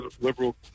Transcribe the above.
liberal